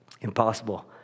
Impossible